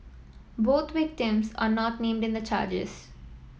both victims are not named in the charges